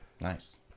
Nice